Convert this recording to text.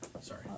sorry